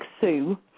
Sue